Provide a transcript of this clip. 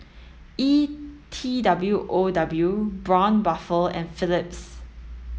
E T W O W Braun Buffel and Phillips